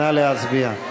נא להצביע.